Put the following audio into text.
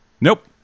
Nope